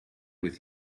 with